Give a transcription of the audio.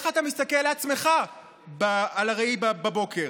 איך אתה מסתכל על עצמך בראי בבוקר?